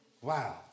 Wow